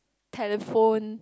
telephone